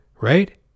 right